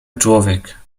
człowiek